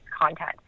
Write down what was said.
content